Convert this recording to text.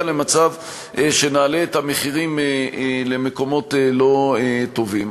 למצב שנעלה את המחירים למקומות לא טובים.